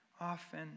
often